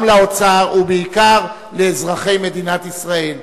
גם לאוצר ובעיקר לאזרחי מדינת ישראל,